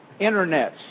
internets